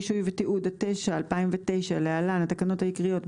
רישוי ותיעוד) התש"ע-2009 (להלן התקנות העיקריות),